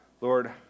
Lord